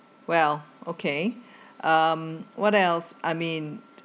well okay um what else I mean